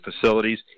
facilities